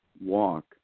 walk